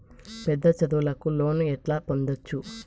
పెద్ద చదువులకు లోను ఎట్లా పొందొచ్చు